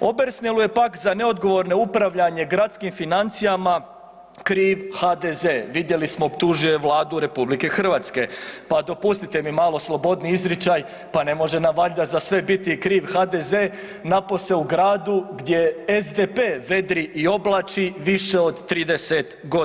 Obersnelu je pak za neodgovorno upravljanje gradskim financijama kriv HDZ, vidjeli smo optužuje Vladu RH, pa dopustite mi malo slobodniji izričaj, pa ne može nam valjda za sve biti kriv HDZ, napose u gradu gdje SDP vedri i oblači više od 30.g.